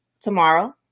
tomorrow